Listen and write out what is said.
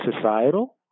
societal